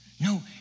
No